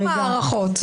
טירוף מערכות.